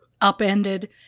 upended